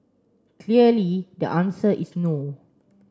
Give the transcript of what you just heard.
clearly the answer is no